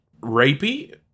rapey